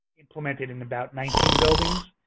implemented in about nineteen buildings.